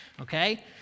Okay